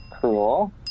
Cool